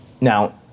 Now